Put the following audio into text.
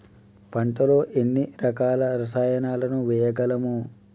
పంటలలో ఎన్ని రకాల రసాయనాలను వేయగలము?